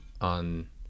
on